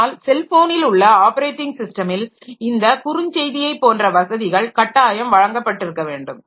ஆனால் செல்போனில் உள்ள ஆப்பரேட்டிங் ஸிஸ்டமில் இந்த குறுஞ்செய்தியை போன்ற வசதிகள் கட்டாயம் வழங்கப்பட்டிருக்க வேண்டும்